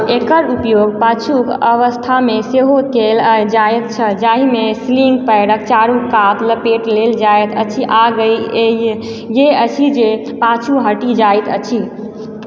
एकर उपयोग पाछूक अवस्थामे सेहो कयल जाइत छल जाहिमे स्लिंग पैरक चारू कात लपेट लेल जाइत अछि आ ई इएह अछि जे पाछू हटि जाइत अछि